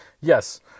yes